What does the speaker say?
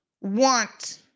want